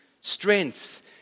Strength